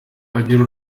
agira